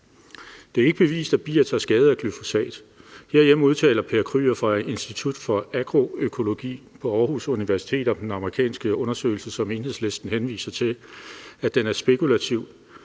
Det er ikke bevist, at bier tager skade af glyfosat. Herhjemme udtaler Per Kryger fra Institut for Agroøkologi på Aarhus Universitet om den amerikanske undersøgelse, som Enhedslisten henviser til, at den er spekulativ.